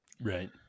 Right